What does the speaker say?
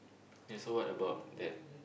yes so what about that